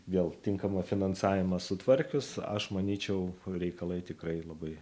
vėl tinkamą finansavimą sutvarkius aš manyčiau reikalai tikrai labai